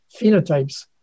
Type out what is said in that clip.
phenotypes